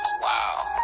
Wow